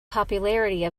popularity